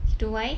you know why